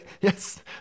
Yes